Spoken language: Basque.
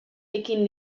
ekin